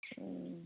হুম